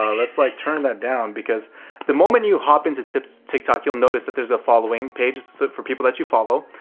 ah let's like turn that down because the moment you hop into tik tik tok, you'll notice that there's a following page for people that you follow.